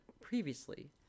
previously